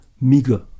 meager